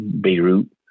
Beirut